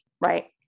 right